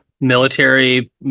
Military